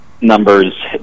numbers